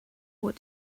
what